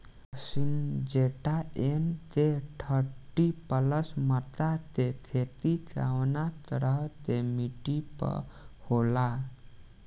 Syngenta NK thirty plus मक्का के के खेती कवना तरह के मिट्टी पर होला?